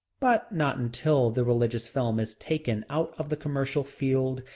but not until the religious film is taken out of the commercial field,